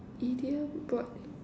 idiom broad